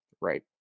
Right